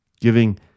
giving